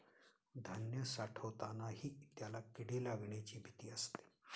धान्य साठवतानाही त्याला किडे लागण्याची भीती असते